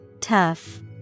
Tough